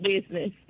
business